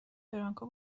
برانکو